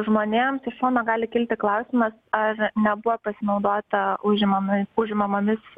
žmonėms iš šono gali kilti klausimas ar nebuvo pasinaudota užimamai užimamomis